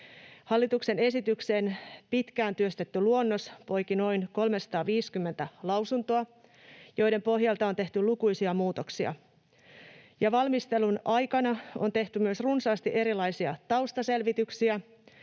Hallituksen esityksen pitkään työstetty luonnos poiki noin 350 lausuntoa, joiden pohjalta on tehty lukuisia muutoksia, ja valmistelun aikana on tehty myös runsaasti erilaisia taustaselvityksiä